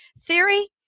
theory